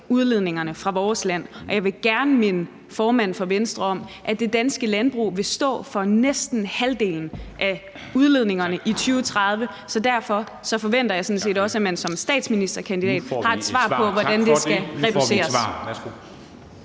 udledningerne fra vores land. Jeg vil gerne minde formanden for Venstre om, at det danske landbrug vil stå for næsten halvdelen af udledningerne i 2030, så derfor forventer jeg sådan set også, at man som statsministerkandidat har et svar på, hvordan det skal reduceres.